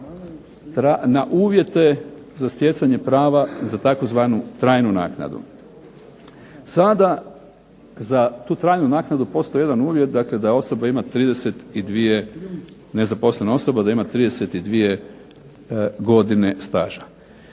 na uvjete za stjecanje prava za tzv. trajnu naknadu. Sada za tu trajnu naknadu postoji uvjet dakle da osoba ima 32 nezaposlene